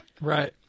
Right